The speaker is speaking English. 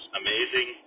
amazing